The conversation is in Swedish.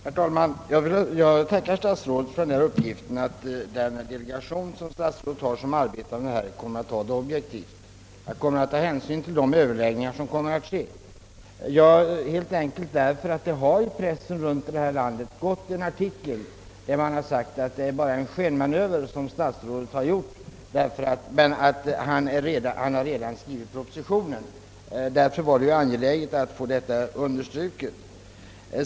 Herr talman! Jag tackar herr statsrådet för uppgiften att den delegation som statsrådet tillsatt kommer att arbeta objektivt och ta hänsyn till de överväganden som äger rum. I pressen har ju förekommit en artikel vari det framhållits att det bara skulle vara fråga om en skenmanöver från statsrådets sida och att statsrådet redan skrivit propositionen, och därför var det angeläget att få detta understruket.